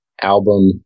album